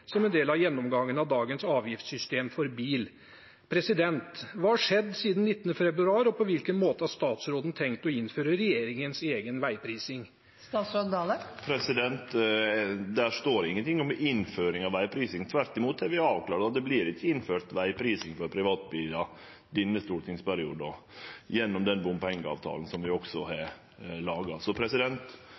som en del av gjennomgangen av dagens avgiftssystem for bil.» Hva har skjedd siden 19. februar, og på hvilken måte har statsråden tenkt å innføre regjeringens egen veiprising? Det står ingen ting om innføring av vegprising. Tvert imot har vi avklart at det ikkje vert innført vegprising for privatbilar denne stortingsperioden – gjennom den bompengeavtalen vi har laga.